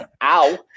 ow